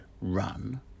run